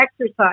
exercise